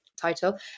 title